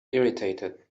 irritated